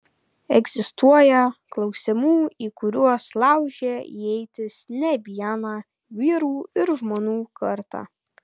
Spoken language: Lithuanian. egzistuoja klausimų į kuriuos laužė ietis ne viena vyrų ir žmonų karta